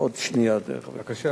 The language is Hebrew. עוד שנייה, חבר הכנסת.